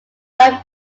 are